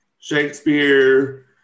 shakespeare